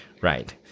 Right